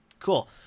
Cool